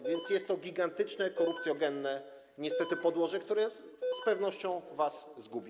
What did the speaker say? A więc jest to gigantyczne korupcjogenne niestety podłoże, co z pewnością was zgubi.